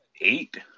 eight